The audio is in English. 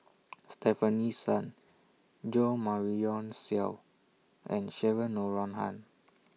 Stefanie Sun Jo Marion Seow and Cheryl Noronha